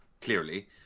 clearly